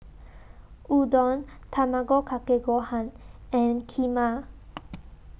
Udon Tamago Kake Gohan and Kheema